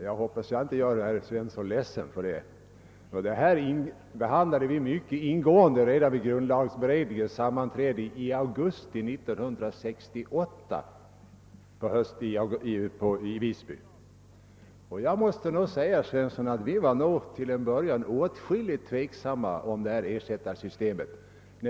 Jag hoppas jag inte gör herr Svensson ledsen, om jag talar om att denna fråga behandlades mycket ingående redan vid grundlagberedningens sammanträde i augusti 1968 i Visby. Jag måste nog säga, att vi till en början var mycket tveksamma i fråga om detta ersättarsystem.